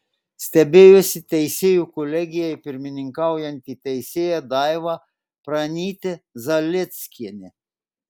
stebėjosi teisėjų kolegijai pirmininkaujanti teisėja daiva pranytė zalieckienė